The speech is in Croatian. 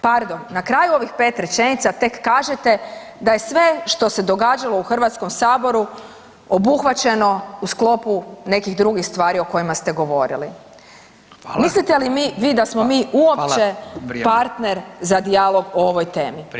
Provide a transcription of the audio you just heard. Pardon, na kraju ovih 5 rečenica, tek kažete da je sve što se događalo u Hrvatskom saboru, obuhvaćeno u sklopu nekih drugih stvari o kojima se govorili [[Upadica Radin: Hvala.]] Mislite li vi da smo mi uopće partner za dijalog o ovoj temi?